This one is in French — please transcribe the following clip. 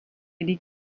les